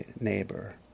neighbor